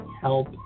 help